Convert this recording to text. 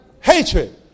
Hatred